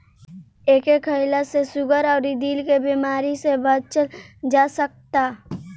एके खईला से सुगर अउरी दिल के बेमारी से बचल जा सकता